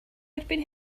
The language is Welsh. erbyn